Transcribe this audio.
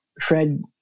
Fred